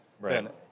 Right